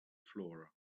flora